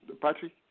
Patrick